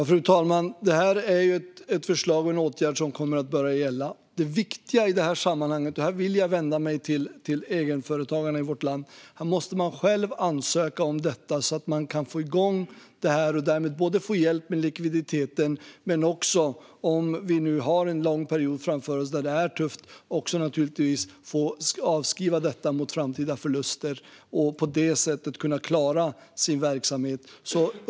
Fru talman! Detta är ett förslag och en åtgärd som kommer att börja gälla. Det viktiga i det här sammanhanget - här vill jag vända mig till egenföretagarna i vårt land - är att man själv måste ansöka om detta, så att man kan få igång det, få hjälp med likviditeten och, om vi nu har en lång, tuff period framför oss, få avskriva detta mot framtida förluster och på det sättet klara sin verksamhet.